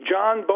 John